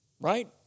right